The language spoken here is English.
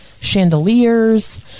chandeliers